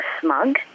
smug